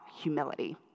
humility